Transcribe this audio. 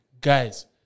Guys